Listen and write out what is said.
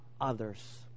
others